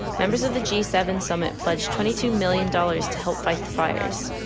members of the g seven summit pledged twenty two million dollars to help fight the fires.